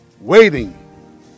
waiting